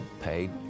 paid